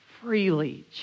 freely